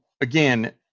again